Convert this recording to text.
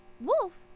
Wolf